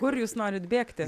kur jūs norit bėgti